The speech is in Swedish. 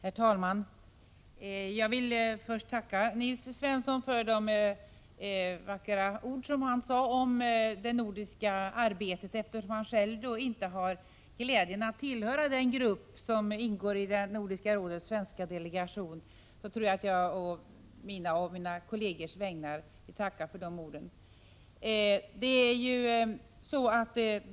Herr talman! Jag vill först tacka Nils T Svensson för de vackra ord som han sade om det nordiska arbetet. Eftersom han själv inte har glädjen att tillhöra Nordiska rådets svenska delegation vill jag på mina och mina kollegers vägnar tacka för de orden.